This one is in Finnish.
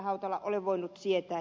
hautala ole voinut sietää